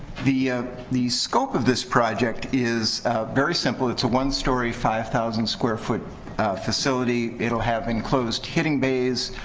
the ah the scope of this project is very simple. it's a one story, five thousand square foot facility. it'll have enclosed hitting bays,